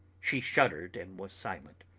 she shuddered and was silent,